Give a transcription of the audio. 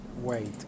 Wait